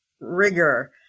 rigor